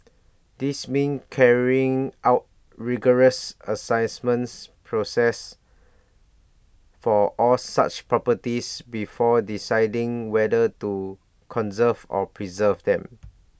this means carrying out rigorous Assessment process for all such properties before deciding whether to conserve or preserve them